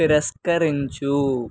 తిరస్కరించు